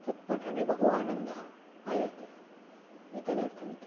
तत् पठने बहु आनन्दः आयाति एतदर्थमिति